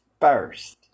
first